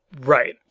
Right